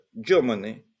germany